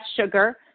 sugar